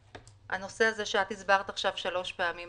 הנושא הזה שאותו הסברת עכשיו שלוש פעמים,